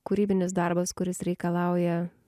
kūrybinis darbas kuris reikalauja